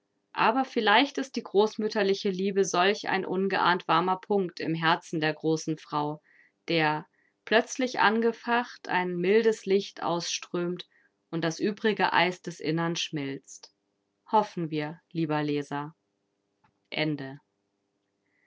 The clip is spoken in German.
aber vielleicht ist die großmütterliche liebe solch ein ungeahnt warmer punkt im herzen der großen frau der plötzlich angefacht ein mildes licht ausströmt und das übrige eis des innern schmilzt hoffen wir lieber leser